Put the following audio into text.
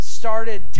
Started